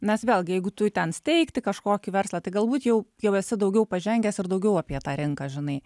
nes vėlgi jeigu tu ten steigti kažkokį verslą tai galbūt jau jau esi daugiau pažengęs ir daugiau apie tą rinką žinai